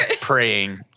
praying